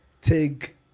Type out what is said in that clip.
take